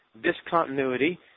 discontinuity